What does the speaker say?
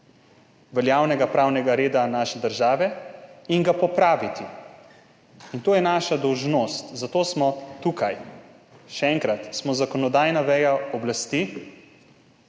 veljavnega pravnega reda naše države in ga popraviti. To je naša dolžnost, zato smo tukaj. Še enkrat, smo zakonodajna veja oblasti,